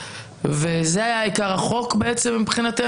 וזה היה עיקר החוק מבחינתנו,